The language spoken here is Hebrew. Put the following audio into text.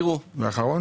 וגם של הבנקים.